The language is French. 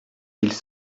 ils